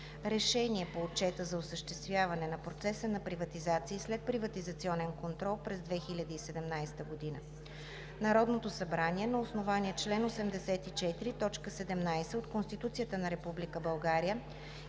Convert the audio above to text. „РЕШЕНИЕ по Отчета за осъществяване на процеса на приватизация и следприватизационен контрол през 2017 г. Народното събрание на основание чл. 84, т. 17 от Конституцията на